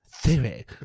Theory